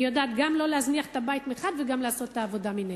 היא יודעת גם לא להזניח את הבית מחד וגם לעשות את העבודה מנגד,